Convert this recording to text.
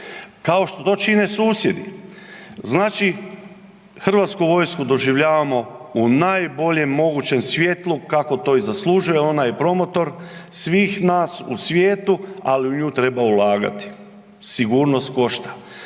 kao što to čine susjedi. Znači Hrvatsku vojsku doživljavamo u najboljem mogućem svjetlu kako to i zaslužuje. Ona je promotor svih nas u svijetu, ali u nju treba ulagati. Sigurnost košta.